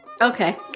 Okay